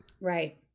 Right